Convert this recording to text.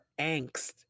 angst